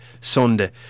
Sunday